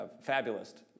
fabulist